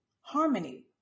harmony